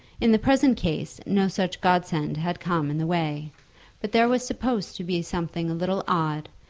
in the present case no such godsend had come in the way but there was supposed to be a something a little odd,